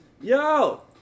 Yo